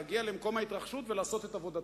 להגיע למקום ההתרחשות ולעשות את עבודתם.